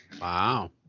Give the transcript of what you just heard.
Wow